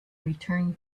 return